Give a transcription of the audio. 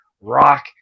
Rock